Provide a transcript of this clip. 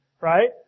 Right